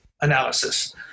analysis